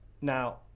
Now